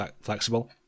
flexible